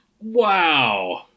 Wow